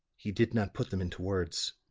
he did not put them into words.